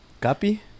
copy